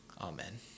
Amen